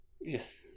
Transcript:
yes